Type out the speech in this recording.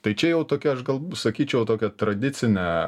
tai čia jau tokia aš gal b sakyčiau tokia tradicinė